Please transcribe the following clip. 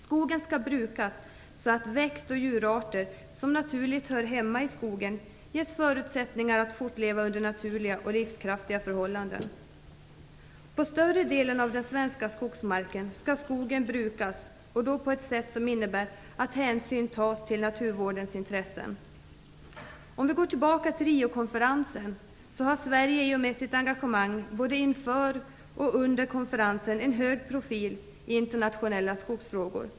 Skogen skall brukas så att växt och djurarter som naturligt hör hemma i skogen ges förutsättningar att fortleva under naturliga och livskraftiga förhållanden. På större delen av den svenska skogsmarken skall skogen brukas och då på ett sätt som innebär att hänsyn tas till naturvårdens intressen. Jag går tillbaka till Riokonferensen. Sverige har i och med sitt engagemang både inför och under konferensen en hög profil i internationella skogsfrågor.